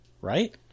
right